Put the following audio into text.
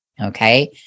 Okay